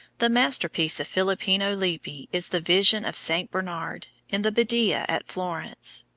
the masterpiece of filippino lippi is the vision of saint bernard, in the badia at florence,